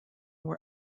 were